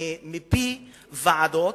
מפי ועדות,